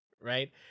Right